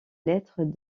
lettres